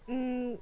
mm